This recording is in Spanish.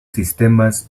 sistemas